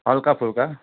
हल्काफुल्का